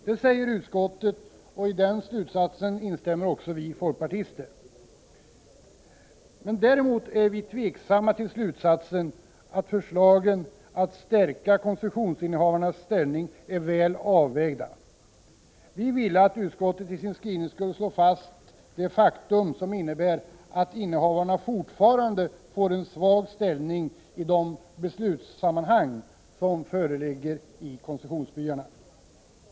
Det säger utskottet och i den slutsatsen instämmer också vi folkpartister. Däremot är vi tveksamma till slutsatsen att förslagen att stärka koncessionsinnehavarnas ställning är väl avvägda. Vi ville att utskottet skulle i sin skrivning slå fast det faktum som innebär att innehavarna fortfarande får en svag ställning i de beslutssammanhang som föreligger i koncessionsbyarna.